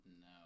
No